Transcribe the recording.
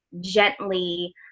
gently